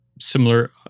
similar